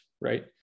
right